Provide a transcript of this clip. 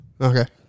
Okay